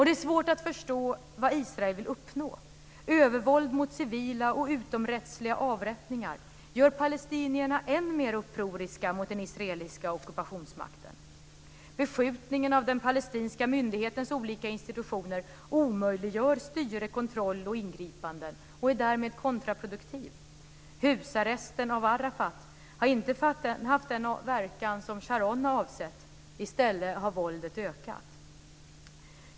Det är svårt att förstå vad Israel vill uppnå. Övervåld mot civila och utomrättsliga avrättningar gör palestinierna än mer upproriska mot den israeliska ockupationsmakten. Beskjutningen av den palestinska myndighetens olika institutioner omöjliggör styre, kontroll och ingripanden och är därmed kontraproduktiv. Husarresten av Arafat har inte haft den verkan som Sharon har avsett. I stället har våldet ökat.